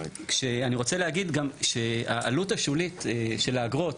אני רוצה להגיד גם שהעלות השולית של האגרות